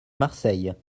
marseille